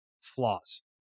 flaws